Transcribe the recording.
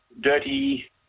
dirty